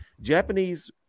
Japanese